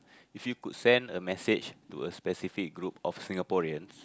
if you could send a message to a specific group of Singaporeans